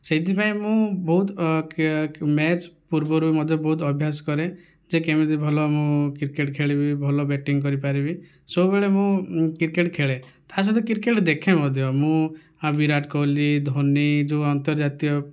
ସେଇଥିପାଇଁ ମୁଁ ବହୁତ ମ୍ୟାଚ ପୂର୍ବରୁ ମଧ୍ୟ ବହୁତ ଅଭ୍ୟାସ କରେ ଯେ କେମିତି ଭଲ ମୁଁ କ୍ରିକେଟ ଖେଳିବି ଭଲ ବ୍ୟାଟିଙ୍ଗ କରିପାରିବି ସବୁବେଳେ ମୁଁ କ୍ରିକେଟ ଖେଳେ ତା'ସହିତ କ୍ରିକେଟ ଦେଖେ ମଧ୍ୟ ମୁଁ ବିରାଟ କୋହଲି ଧୋନି ଯେଉଁ ଅନ୍ତର୍ଜାତୀୟ